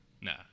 Nah